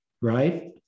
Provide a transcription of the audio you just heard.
right